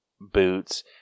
boots